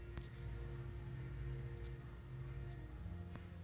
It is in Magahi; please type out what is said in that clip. स्टेट बैंक आफ इन्डियात वित्तीय बाजारेर तरफ से निवेश भी कियाल जा छे